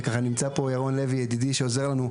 ונמצא פה ירון לוי ידידי שעוזר לנו,